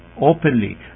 openly